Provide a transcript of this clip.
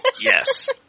Yes